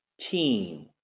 team